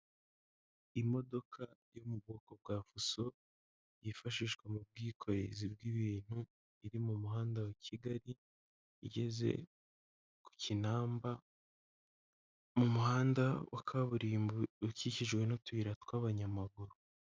Imodoka yo mu bwoko bwa fuso yifashishwa mu bwikorezi bw'ibintu iri mu muhanda wa Kigali igeze ku Kinamba, mu muhanda wa kaburimbo ukikijwe n'utuyira tw'abanyamaguru.